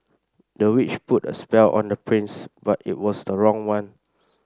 the witch put a spell on the prince but it was the wrong one